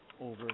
over